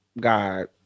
god